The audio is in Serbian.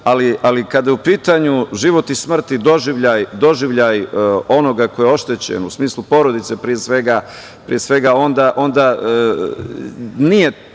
ali kada je u pitanju život i smrt i doživljaj onoga ko je oštećen u smislu porodice pre svega, onda nije